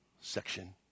section